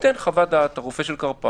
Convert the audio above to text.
להתפשטות רחבה יותר וכו'.